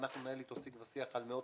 אנחנו ננהל אתו שיג ושיח על מאות